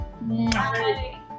Bye